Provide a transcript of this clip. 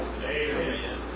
Amen